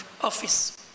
office